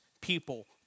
people